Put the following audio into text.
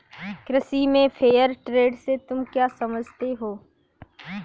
कृषि में fair trade से तुम क्या समझते हो?